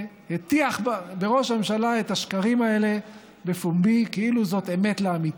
והטיח בראש הממשלה את השקרים האלה בפומבי כאילו זו אמת לאמיתה.